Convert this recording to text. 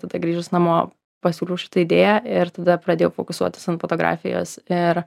tada grįžus namo pasiūliau šitą idėją ir tada pradėjau fokusuotas ant fotografijos ir